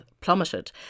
plummeted